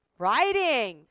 writing